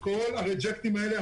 כל הריג'קטים האלה,